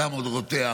הדם עוד רותח,